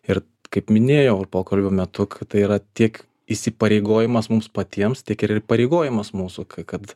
ir kaip minėjau pokalbio metu kad tai yra tiek įsipareigojimas mums patiems tiek ir įpareigojimas mūsų kad